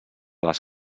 les